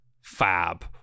fab